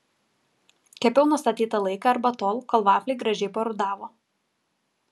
kepiau nustatytą laiką arba tol kol vafliai gražiai parudavo